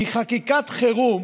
חקיקת חירום